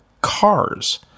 cars